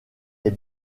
les